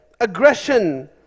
aggression